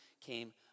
came